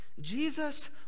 Jesus